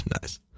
nice